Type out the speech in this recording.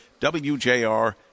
WJR